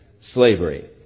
slavery